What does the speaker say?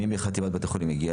מי הגיע היום מחטיבת בתי החולים?